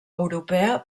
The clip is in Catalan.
europea